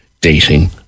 dating